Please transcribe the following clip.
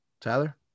Tyler